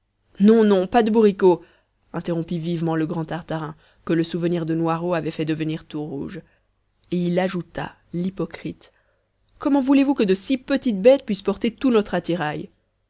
non non pas de bourriquots interrompit vivement le grand tartarin que le souvenir de noiraud avait fait devenir tout rouge et il ajouta l'hypocrite comment voulez-vous que de si petites bêtes puissent porter tout notre attirail